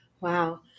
Wow